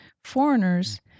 foreigners